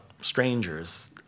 strangers